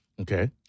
Okay